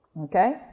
okay